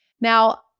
Now